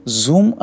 Zoom